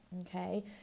Okay